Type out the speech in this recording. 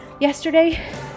yesterday